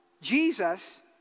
Jesus